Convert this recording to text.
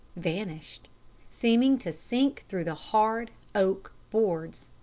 vanished seeming to sink through the hard oak boards.